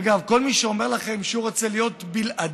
אגב, כל מי שאומר לכם שהוא רוצה להיות בלעדי,